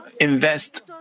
invest